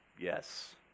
Yes